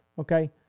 okay